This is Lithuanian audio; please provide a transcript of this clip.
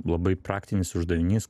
labai praktinis uždavinys